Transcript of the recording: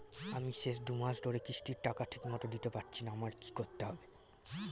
আমি শেষ দুমাস ধরে কিস্তির টাকা ঠিকমতো দিতে পারছিনা আমার কি করতে হবে?